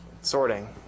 sorting